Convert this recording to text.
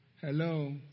Hello